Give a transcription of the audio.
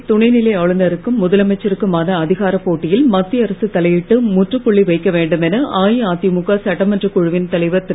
புதுவையில் துணைநிலை ஆளுநருக்கும் முதலமைச்சருமான அதிகாரப் போட்டியில் மத்திய அரசு தலையிட்டு முற்றுப்புள்ளி வைக்க வேண்டும் என அஇஅதிமுக சட்டமன்றக் குழுவின் தலைவர் திரு